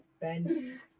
Ben